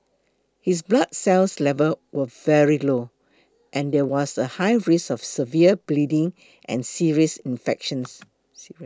his blood cells levels were very low and there was a high risk of severe bleeding and serious infections